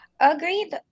Agreed